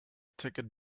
ticket